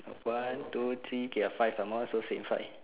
one two three K ya five amount so in five